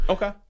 Okay